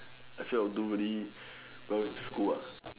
I felt I don't really well school ah